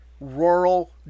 rural